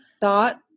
thought